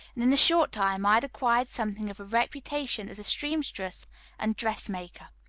and in a short time i had acquired something of a reputation as a seamstress and dress-maker.